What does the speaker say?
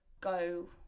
go